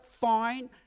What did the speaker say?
fine